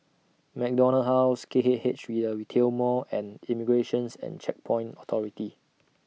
MacDonald House K K H The Retail Mall and Immigration's and Checkpoints Authority